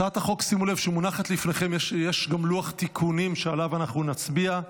שלהצעת החוק שמונחת לפניכם יש גם לוח תיקונים שעליו אנחנו נצביע.